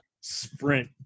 Sprint